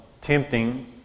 tempting